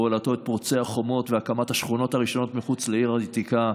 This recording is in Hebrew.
בהובלתו את פורצי החומות והקמת השכונות הראשונות מחוץ לעיר העתיקה.